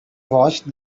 watched